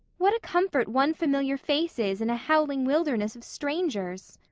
what a comfort one familiar face is in a howling wilderness of strangers!